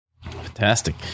Fantastic